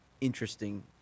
interesting